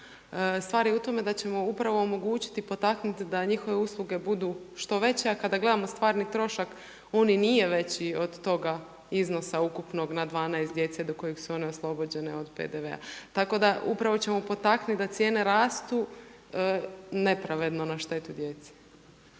stvar je u tome da ćemo upravo omogućiti potaknuti da njihove usluge budu što veće, a kada gledamo stvarni trošak on i nije veći od toga iznosa ukupnog na 12 djece do kojeg su one oslobođene od PDV-a. Tako da upravo ćemo potaknuti da cijene rastu nepravedno na štetu djece.